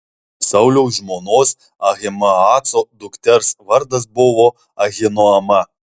sauliaus žmonos ahimaaco dukters vardas buvo ahinoama